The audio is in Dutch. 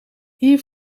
hier